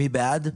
מי בעד?